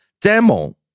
demo